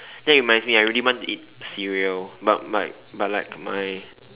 that reminds me I really want to eat cereal but like but like my